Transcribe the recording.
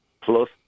plus